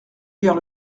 lire